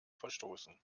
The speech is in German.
verstoßen